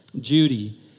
Judy